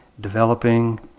developing